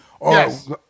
Yes